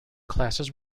classes